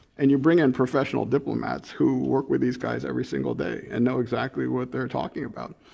and you bring in professional diplomats who work with these guys every single day and now exactly what they're talking about.